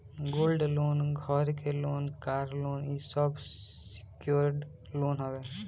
gold loan, घर के loan, car loan इ सब सिक्योर्ड लोन हवे